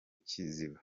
kiziba